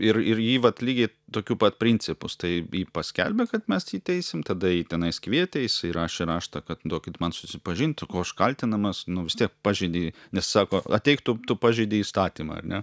ir ir jį vat lygiai tokiu pat principus tai jį paskelbė kad mes jį teisim tada jį tenais kvietė jisai rašė raštą kad duokit man susipažint kuo aš kaltinamas nu vis tiek pažeidė nes sako ateik tu tu pažeidei įstatymą ar ne